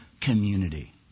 community